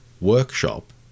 workshop